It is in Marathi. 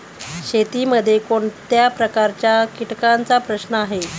शेतीमध्ये कोणत्या प्रकारच्या कीटकांचा प्रश्न आहे?